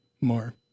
more